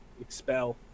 expel